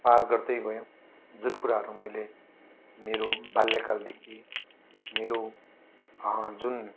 पार गर्दै गयौँ जुन कुराहरू मैले मेरो बाल्यकालदेखि मेरो जुन